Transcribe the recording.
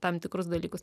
tam tikrus dalykus